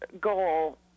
goal